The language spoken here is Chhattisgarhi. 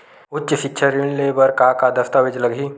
उच्च सिक्छा ऋण ले बर का का दस्तावेज लगही?